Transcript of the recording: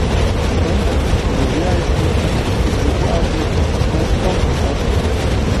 bandėme gražiai aiškinti diržiuku auklėti net į kampą statėme